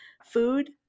Food